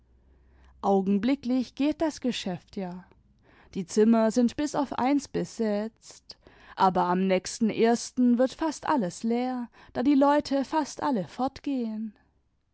augenblicklich geht das geschäft ja die zimmer sind bis auf eins besetzt aber am nächsten ersten wird fast alles leer da die leute fast alle fortgehen